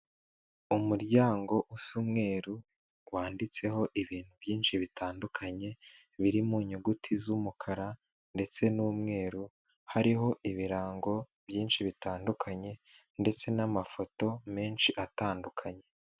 Umuryango usa umweru, wanditseho ibintu byinshi bitandukanye, biri mu nyuguti z'umukara ndetse n'umweru, hariho ibirango byinshi bitandukanye, ndetse n'amafoto menshi atandukanye.